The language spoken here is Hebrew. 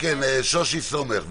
שושי סומך ביקשה.